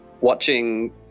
watching